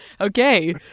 Okay